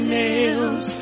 nails